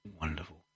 Wonderful